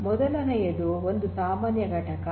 ಅವುಗಳಲ್ಲಿ ಮೊದಲನೆಯದು ಒಂದು ಸಾಮಾನ್ಯ ಘಟಕ